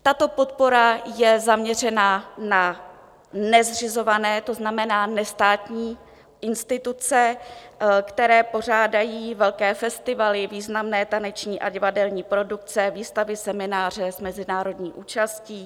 Tato podpora je zaměřena na nezřizované, to znamená nestátní instituce, které pořádají velké festivaly, významné taneční a divadelní produkce, výstavy, semináře s mezinárodní účastí.